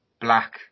black